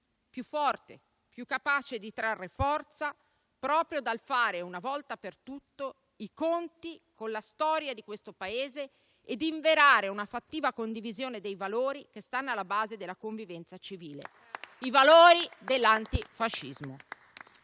più forte, più capace di trarre forza proprio dal fare una volta per tutte i conti con la storia di questo Paese e inverare una fattiva condivisione dei valori che stanno alla base della convivenza civile: i valori dell'antifascismo.